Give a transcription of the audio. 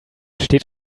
steht